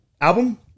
Album